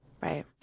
Right